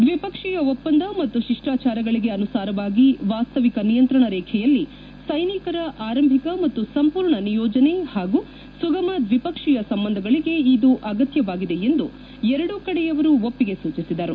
ದ್ವಿಪಕ್ಷೀಯ ಒಪ್ಪಂದ ಮತ್ತು ಶಿಷ್ಠಾಚಾರಗಳಿಗೆ ಅನುಸಾರವಾಗಿ ವಾಸ್ತವಿಕ ನಿಯಂತ್ರಣ ರೇಬೆಯಲ್ಲಿ ಸೈನಿಕರ ಆರಂಭಿಕ ಮತ್ತು ಸಂಪೂರ್ಣ ನಿಯೋಜನೆ ಹಾಗೂ ಸುಗಮ ದ್ವಿಪಕ್ಷೀಯ ಸಂಬಂಧಗಳಿಗೆ ಇದು ಅಗತ್ಯವಾಗಿದೆ ಎಂದು ಎರಡೂ ಕಡೆಯವರು ಒಪ್ಪಿಗೆ ಸೂಚಿಸಿದರು